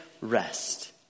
rest